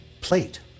plate